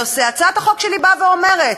הצעת החוק שלי אומרת: